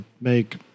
make